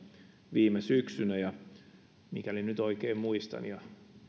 viime syksynä mikäli nyt oikein muistan ja